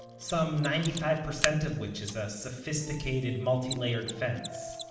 some ninety-five percent of which is a sophisticated multi-layered fence,